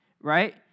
right